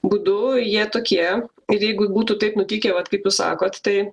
būdu jie tokie ir jeigu būtų taip nutikę vat kaip jūs sakot tai